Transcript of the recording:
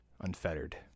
Unfettered